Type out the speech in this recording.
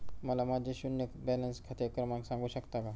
मला माझे शून्य बॅलन्स खाते क्रमांक सांगू शकता का?